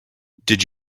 did